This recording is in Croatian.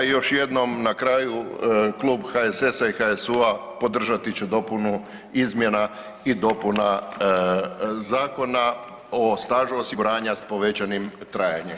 I još jednom na kraju klub HSS-a i HSU-a podržati će dopunu izmjena i dopuna Zakona o stažu osiguranja sa povećanim trajanjem.